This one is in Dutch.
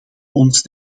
ons